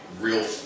real